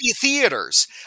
theaters